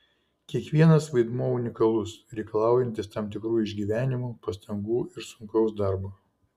kiekvienas vaidmuo unikalus reikalaujantis tam tikrų išgyvenimų pastangų ir sunkaus darbo